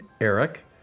Eric